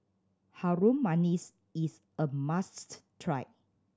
Harum Manis is a must try